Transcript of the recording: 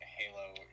Halo